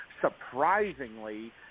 surprisingly